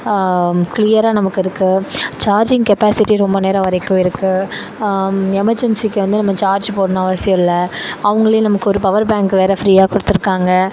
கிளியராக நமக்கு இருக்கு சார்ஜிங் கெப்பாசிட்டி ரொம்ப நேரம் வரைக்கும் இருக்கு எமர்ஜென்சிக்கு வந்து நம்ம சார்ஜு போடணும் அவசியம் இல்லை அவங்களே நமக்கு ஒரு பவர் பேங்க் வேற ஃப்ரீயாக கொடுத்துருக்காங்க